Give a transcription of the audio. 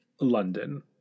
London